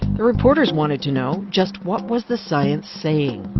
the reporters wanted to know just what was the science saying?